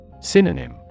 Synonym